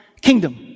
kingdom